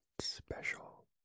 special